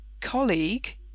colleague